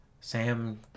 Sam